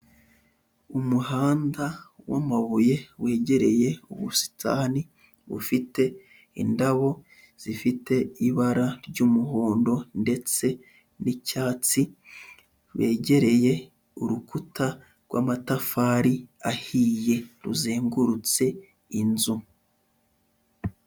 Umuhanda w'amabuye wegereye ubusitani bufite indabo zifite ibara ry'umuhondo ndetse n'icyatsi, wegereye urukuta rw'amatafari ahiye ruzengurutse inzu.